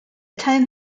time